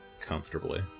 comfortably